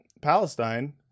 palestine